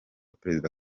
perezida